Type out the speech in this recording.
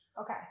Okay